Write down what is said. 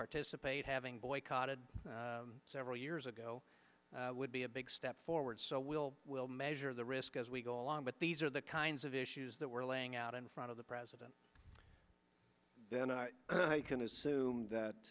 participate having boycotted several years ago will be a big step forward so we'll we'll measure the risk as we go along but these are the kinds of issues that we're laying out in front of the president then and i can assume that